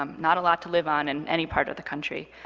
um not a lot to live on in any part of the country.